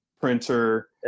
printer